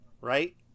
Right